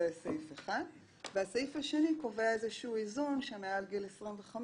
הסעיף השני קובע איזון שמעל גיל 25,